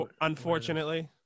unfortunately